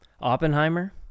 Oppenheimer